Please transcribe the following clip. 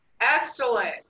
Excellent